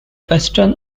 western